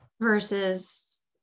versus